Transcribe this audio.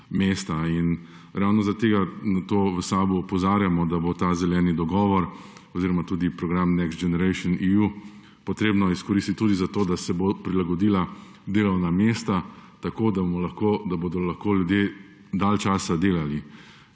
mesta. In ravno zaradi tega v SAB opozarjamo, da bo ta zeleni dogovor oziroma tudi program Next Generation EU treba izkoristiti tudi zato, da se bo prilagodila delovna mesta tako, da bodo ljudje dalj časa delali,